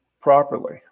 properly